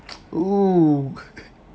oo